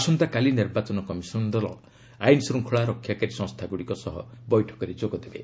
ଆସନ୍ତାକାଲି ନିର୍ବାଚନ କମିଶନ ଦଳ ଅନ୍ୟ ଆଇନ ଶୃଙ୍ଖଳା ରକ୍ଷାକାରୀ ସଂସ୍ଥାଗୁଡ଼ିକ ସହ ବୈଠକରେ ଯୋଗ ଦେବେ